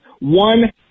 one